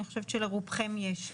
אני חושבת שלרובכם יש.